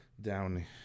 down